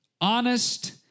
honest